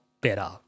better